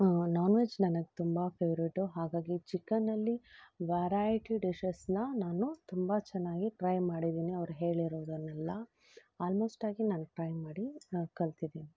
ನಾನ್ veg ನನಗೆ ತುಂಬ favourite ಹಾಗಾಗಿ ಚಿಕನ್ನಲ್ಲಿ ವೆರೈಟಿ ಡಿಶಸನ್ನ ನಾನು ತುಂಬ ಚೆನ್ನಾಗಿ ಟ್ರೈ ಮಾಡಿದ್ದೀನಿ ಅವ್ರು ಹೇಳಿರೋದನ್ನೆಲ್ಲ ಆಲ್ಮೋಸ್ಟ್ ಆಗಿ ನಾನು ಟ್ರೈ ಮಾಡಿ ಕಲ್ತಿದ್ದೀನಿ